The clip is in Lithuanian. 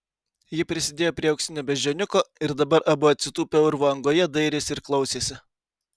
ji prisidėjo prie auksinio beždžioniuko ir dabar abu atsitūpę urvo angoje dairėsi ir klausėsi